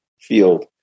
field